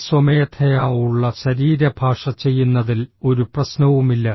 ഈ സ്വമേധയാ ഉള്ള ശരീരഭാഷ ചെയ്യുന്നതിൽ ഒരു പ്രശ്നവുമില്ല